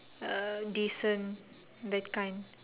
err decent that kind